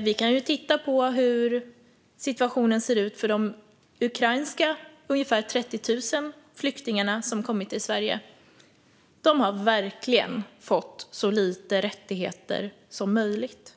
Vi kan titta på hur situationen ser ut för de ungefär 30 000 ukrainska flyktingar som har kommit till Sverige. De har verkligen fått så lite rättigheter som möjligt.